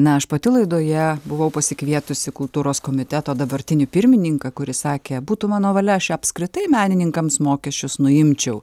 na aš pati laidoje buvau pasikvietusi kultūros komiteto dabartinį pirmininką kuris sakė būtų mano valia aš čia apskritai menininkams mokesčius nuimčiau